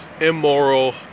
immoral